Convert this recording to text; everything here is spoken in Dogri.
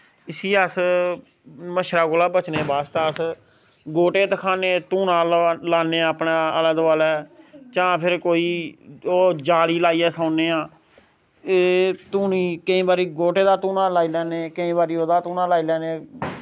इस्सी अस मच्छरै कोला बचने बास्तै अस गोह्टे धखाने धूनां लान्ने अपनै आलै दोआलै जां फिर कोई ओ जाली लाइयै सौन्ने आं एह् धूनी केईं बारी गोह्टें दा धूनां लाई लैन्ने केईं बारी ओह्दा धूनां लाई लैन्ने